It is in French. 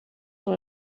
dans